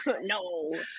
no